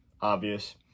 Obvious